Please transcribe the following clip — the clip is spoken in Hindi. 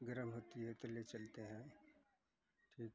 गर्म होती है तो ले चलते हैं ठीक